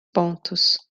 pontos